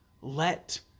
let